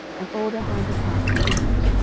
and all their hinder parts were inward.